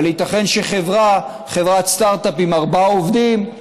אבל חברת סטרט-אפ עם ארבעה עובדים,